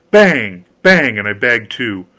bang bang, and i bagged two.